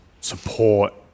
support